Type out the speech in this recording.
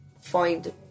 find